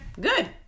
good